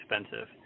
expensive